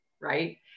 right